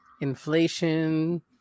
inflation